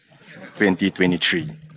2023